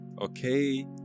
okay